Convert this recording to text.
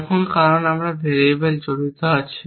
এখন কারণ এখানে ভেরিয়েবল জড়িত আছে